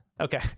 okay